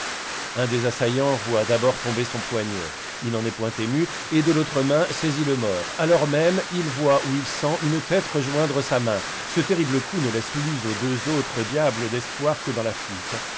un des assaillans voit d'abord tomber son poignet il n'en est point ému et de l'autre main saisit le mort alors même il voit ou il sent un tête rejoindre sa main ce terrible coup ne laisse plus aux deux autres diables d'espoir que dans la fuite